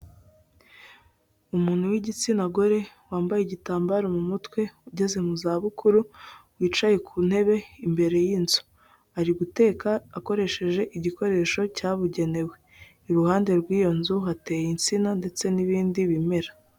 Umuntu w'igitsina gore wambaye igitambaro mu mutwe ugeze mu za bukuru wicaye ku ntebe imbere y'inzu, ari guteka akoresheje igikoresho cyabugenewe, iruhande rw'iyo nzu hateye insina ndetse n'ibindi bimera.